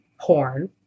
porn